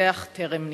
והרוצח טרם נתפס.